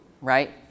right